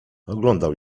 oglądał